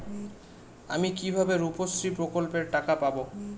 আমি কিভাবে রুপশ্রী প্রকল্পের টাকা পাবো?